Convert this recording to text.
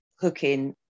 hooking